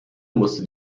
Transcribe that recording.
musste